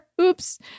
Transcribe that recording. oops